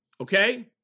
okay